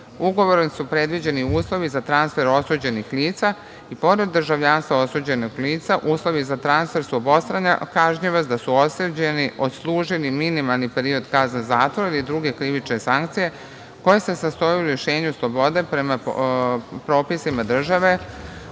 porodici. Ugovorom su predviđeni uslovi za transfer osuđenih lica i pored državljanstva osuđenog lica, uslovi za transfer su obostrana kažnjivost, da su osuđeni odslužili minimalni period kazne zatvora ili druge krivične sankcije koje se sastoje u rešenju slobode prema propisima države